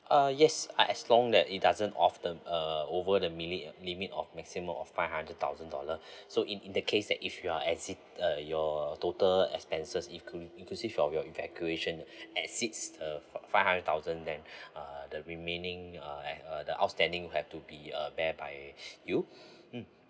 uh yes ah as long that it doesn't often uh over the limit~ limit of maximum of five hundred thousand dollar so in in the case that if you are at city uh your total expenses include~ inclusive of your evacuation at seats uh five thousand then uh the remaining uh the outstanding have to be uh bear by you mm